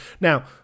Now